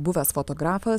buvęs fotografas